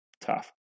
tough